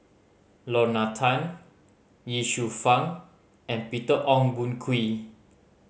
Lorna Tan Ye Shufang and Peter Ong Boon Kwee